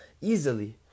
easily